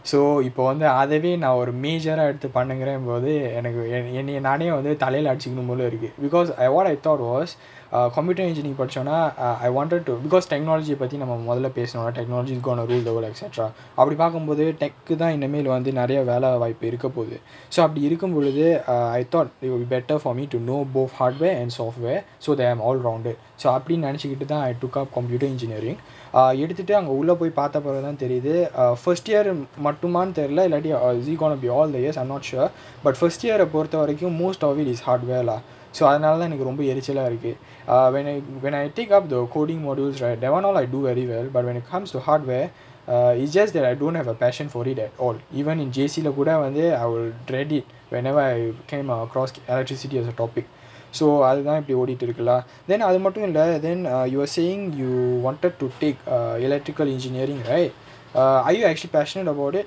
so இப்ப வந்து அதானே நா ஒரு:ippa vanthu athaanae naa oru major ah எடுத்து பண்ணுங்கற போது எனக்கு என்ன என்னய நானே வந்து தலைல அடிச்சிக்கனும் போல இருக்கு:eduthu pannungura pothu enakku enna ennaya naanae vanthu thalaila adichikkanum pola irukku because I what I thought was err computer engineer படிச்சோனா:padichonaa ah I wanted to because technology ah பத்தி நம்ம மொதல்ல பேசனும்:pathi namma mothalla pesanum technology is gone a ruled a world extract ah அப்டி பாக்கும்போது:apdi paakkumpothu technology uh தா இனிமேல் வந்து நிறைய வேல வாய்ப்பு இருக்க போது:tha inimel vanthu niraiya vela vaaippu irukka pothu so அப்டி இருக்கும் பொழுது:apdi irukkum poluthu err I thought it's better for me to know both hardware and software so that I'm all roundedso அப்டினு நினைச்சிகிட்டுதான்:apdinu ninaichikittuthaan I took up computer engineering ah எடுத்துட்டு அங்க உள்ள போய் பாத்த பிறகுதா தெரியுது:eduthuttu anga ulla poyi paatha piraguthaa theriyuthu uh first year uh mm மட்டுமானு தெரில இல்லாட்டி:mattumaanu therila illaati oh see gone a be all the years I'm not sure but first year ah பொறுத்த வரைக்கும்:porutha varaikkum most of it is hardware lah so அதனாலதா எனக்கு ரொம்ப எரிச்சலா இருக்கு:athanaalathaa enakku romba erichala irukku err when I when I take up the coding modules right that one all I do very well but when it comes to hardware err it's just I don't have a passion for it at all even in J_C leh கூட வந்து:kooda vanthu I would dread it whenever I come across electricity as a topic so அதுதா இப்டி ஓடிட்டு இருக்கு:athuthaa ipdi odittu irukku lah then அது மட்டும் இல்ல:athu mattum illa then err you are saying you wanted to take err electrical engineering right err are you actually passion about it